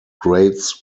grades